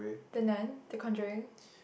the Nun the Conjuring